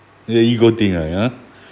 and then you go thing !aiya!